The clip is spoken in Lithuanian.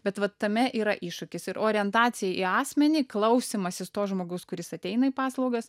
bet va tame yra iššūkis ir orientacija į asmenį klausymasis to žmogaus kuris ateina į paslaugas